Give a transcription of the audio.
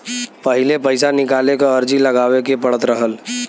पहिले पइसा निकाले क अर्जी लगावे के पड़त रहल